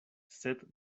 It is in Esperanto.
sed